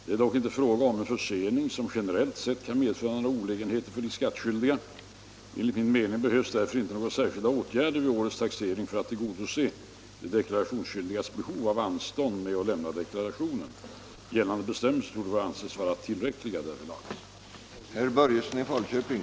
Det är dock inte fråga om en försening som generellt sett kan medföra några olägenheter för de skattskyldiga. Enligt min mening behövs därför inte några särskilda åtgärder vid årets taxering för att tillgodose de deklarationsskyldigas behov av anstånd med att lämna självdeklaration. Gällande bestämmelser torde få anses vara tillräckliga därvidlag.